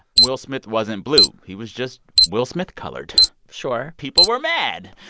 will smith wasn't blue. he was just will smith-colored sure people were mad.